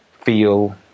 feel